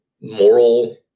moral